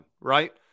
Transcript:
right